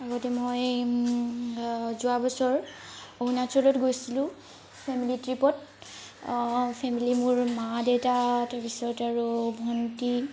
আগতে মই যোৱাবছৰ অৰুণাচলত গৈছিলো ফেমিলী ট্ৰিপত ফেমিলী মোৰ মা দেউতা তাৰপিছত আৰু ভণ্টি